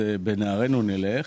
"בנערינו נלך".